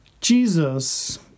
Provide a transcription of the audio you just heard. Jesus